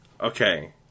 okay